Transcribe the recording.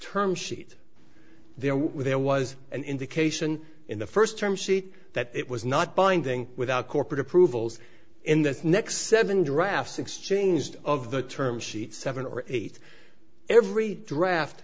term sheet there were there was an indication in the first term sheet that it was not binding without corporate approvals in the next seven drafts exchanged of the term sheets seven or eight every draft